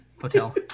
hotel